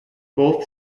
both